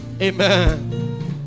Amen